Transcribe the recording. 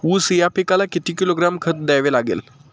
ऊस या पिकाला किती किलोग्रॅम खत द्यावे लागेल?